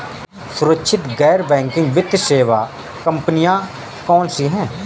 सुरक्षित गैर बैंकिंग वित्त सेवा कंपनियां कौनसी हैं?